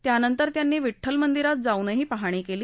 त्यानंतर त्यांनी विड्ठल मंदिरात जाऊनही पाहणी केली